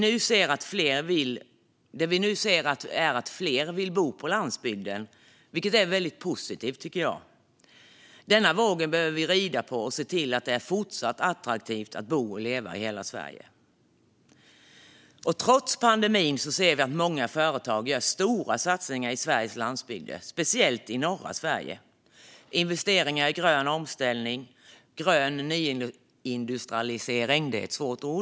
Det vi nu ser är att fler vill bo på landsbygden, vilket är positivt. Denna våg behöver vi rida på och se till att det är fortsatt attraktivt att bo och leva i hela Sverige. Trots pandemin ser vi att många företag satsar stort på Sveriges landsbygder, speciellt i norra Sverige. Det handlar om investeringar i grön omställning och grön nyindustrialisering.